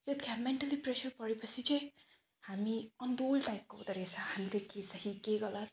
त्यतिखेर mentally pressure बढेपछि चाहिँ हामी बोल्ड टाइपको हुँदो रहेछ हामीले के सही के गलत